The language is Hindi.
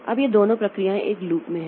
अब ये दोनों प्रक्रियाएं एक लूप में हैं